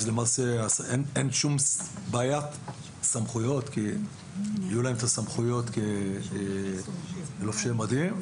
למעשה אין שום בעיית סמכויות כי יהיו להם את הסמכויות כלובשי מדים,